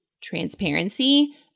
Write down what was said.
transparency